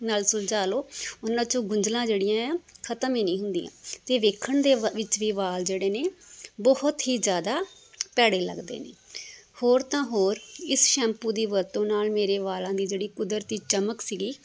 ਨਾਲ ਸੁਲਝਾ ਲਓ ਉਹਨਾਂ 'ਚੋਂ ਗੁੰਝਲਾਂ ਜਿਹੜੀਆਂ ਹੈ ਖ਼ਤਮ ਹੀ ਨਹੀਂ ਹੁੰਦੀਆਂ ਅਤੇ ਵੇਖਣ ਦੇ ਵਿੱਚ ਵੀ ਵਾਲ ਜਿਹੜੇ ਨੇ ਬਹੁਤ ਹੀ ਜ਼ਿਆਦਾ ਭੈੜੇ ਲੱਗਦੇ ਨੇ ਹੋਰ ਤਾਂ ਹੋਰ ਇਸ ਸ਼ੈਂਪੂ ਦੀ ਵਰਤੋਂ ਨਾਲ ਮੇਰੇ ਵਾਲਾਂ ਦੀ ਜਿਹੜੀ ਕੁਦਰਤੀ ਚਮਕ ਸੀਗੀ